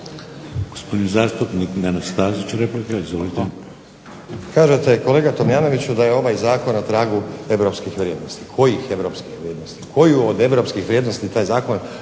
Gospodin zastupnik Nenad Stazić, replika. Izvolite. **Stazić, Nenad (SDP)** Kažete kolega Tomljanoviću da je ovaj zakon na tragu europskih vrijednosti. Kojih europskih vrijednosti? Koju od europskih vrijednosti taj zakon